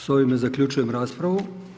Sa ovime zaključujem raspravu.